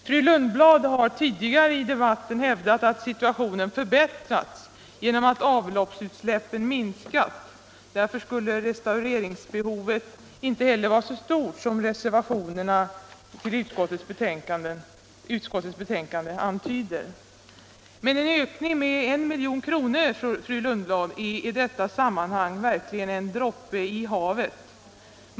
Fru Lundblad har tidigare i debatten hävdat att situationen förbättrats genom att avloppsutsläppen minskat, och därför skulle restaureringsbehovet inte heller vara så stort som reservationerna till utskottets betänkande antyder. Men en ökning med 1 milj.kr. är i detta sammanhang verkligen en droppe i havet, fru Lundblad!